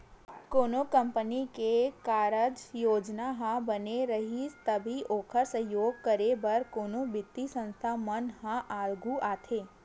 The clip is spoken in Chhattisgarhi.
कोनो कंपनी के कारज योजना ह बने रइही तभी ओखर सहयोग करे बर कोनो बित्तीय संस्था मन ह आघू आथे